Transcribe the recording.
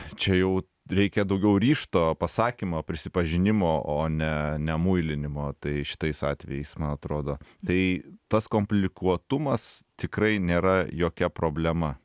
čia jau reikia daugiau ryžto pasakymo prisipažinimo o ne ne muilinimo tai šitais atvejais man atrodo tai tas komplikuotumas tikrai nėra jokia problema